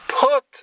put